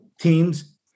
teams